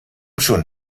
schon